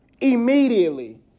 immediately